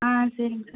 ஆ சரிங்க சார்